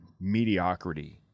mediocrity